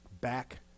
back